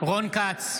רון כץ,